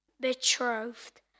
betrothed